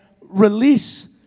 release